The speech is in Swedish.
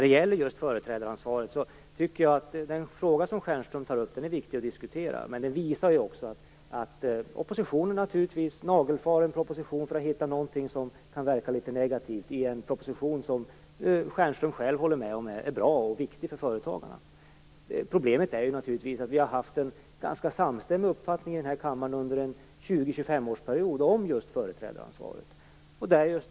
Den fråga som Stjernström tar upp om företrädaransvaret är viktig att diskutera. Men den visar också att oppositionen naturligtvis nagelfar en proposition för att hitta något som kan verka negativt. Stjernström håller ju själv med om att propositionen är bra och viktig för företagarna. Problemet är att vi under en period på 20-25 år har haft en samstämmig uppfattning i kammaren om just företrädaransvaret.